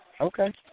Okay